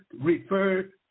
referred